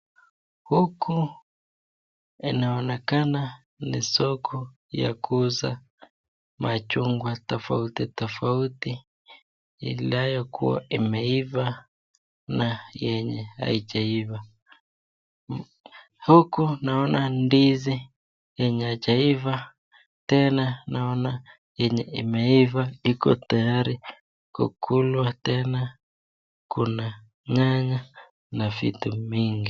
Huku inaonekana ni soko ya kuuza machungwa tofauti tofautui, inayokuwa imeiva na yenye haijaiva. Huku naona ndizi yenye haijaiva, tena naona yenye imeiva iko tayari kukulwa, tena kuna nyanya na vitu mingi.